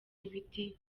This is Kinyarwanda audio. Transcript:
ibiti